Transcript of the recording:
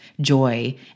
joy